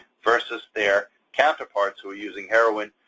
versus their counterparts who are using heroin,